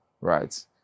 right